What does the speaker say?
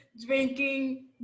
drinking